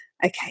Okay